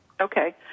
Okay